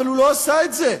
אבל הוא לא עשה את זה.